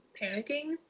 panicking